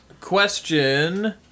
question